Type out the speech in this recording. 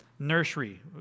nursery